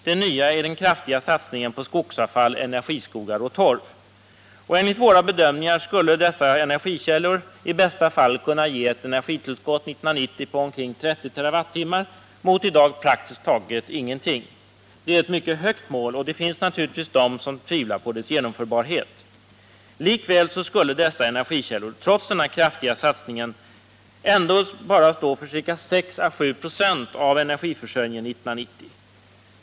Det nya är den kraftiga satsningen på skogsavfall, energiskogar och torv. Enligt våra bedömningar skulle dessa energikällor i bästa fall kunna ge ett energitillskott 1990 på omkring 30 TWh, mot i dag praktiskt taget ingenting. Det är ett mycket högt mål, och det finns naturligtvis de som tvivlar på dess genomförbarhet. Likväl skulle dessa energikällor — trots denna kraftiga satsning — bara stå för ca 6 å 7 96 av energiförsörjningen 1990.